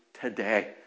today